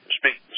speak